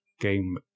game